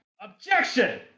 objection